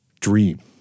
dream